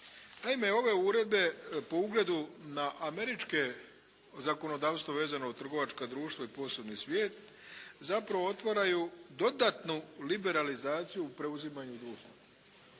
Naime ove uredbe po ugledu na američko zakonodavstvo vezano uz trgovačka društva i posebni svijet, zapravo otvaraju dodatnu liberalizaciju o preuzimanju društava